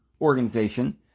organization